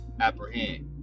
apprehend